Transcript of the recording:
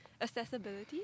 accessibility